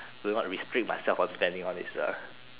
will not restrict myself on spending on it is uh